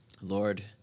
Lord